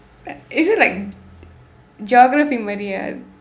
is it like geography மாதிரி:maathiri ah